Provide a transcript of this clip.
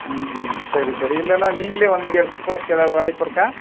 ம்ஹு சரி சரி இல்லைன்னா நீங்களே வந்து எடுத்துகிட்டு போகிறக்கு ஏதாவது வாய்ப்பிருக்கா